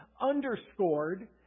underscored